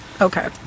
Okay